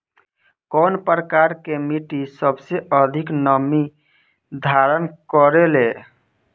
कउन प्रकार के मिट्टी सबसे अधिक नमी धारण करे ले?